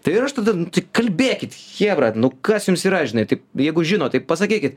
tai ir aš tada kalbėkit chebra nu kas jums yra žinai taip jeigu žinot tai pasakykit